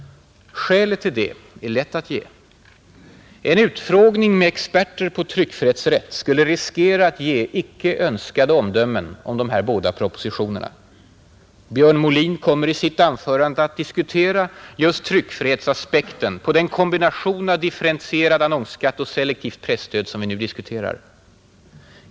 Skälet till det är lätt att ge. En utfrågning med experter på tryckfrihetsrätt skulle riskera att ge icke önskade omdömen om de båda propositionerna, Björn Molin kommer i sitt anförande att diskutera just tryckfrihetsaspekten på den kombination av differentierad annonsskatt och selektivt presstöd som vi nu diskuterar.